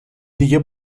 دیگه